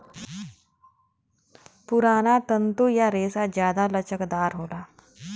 पुराना तंतु या रेसा जादा लचकदार होला